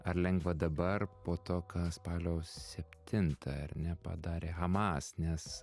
ar lengva dabar po to ką spalio septintą ar ne padarė hamas nes